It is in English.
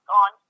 on